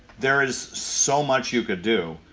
there is so much you could do.